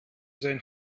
sein